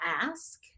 ask